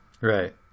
Right